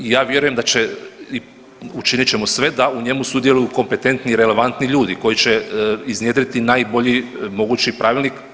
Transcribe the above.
Ja vjerujem da će, učinit ćemo sve da u njemu sudjeluju kompetentni i relevantni ljudi koji će iznjedriti najbolji mogući pravilnik.